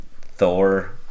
Thor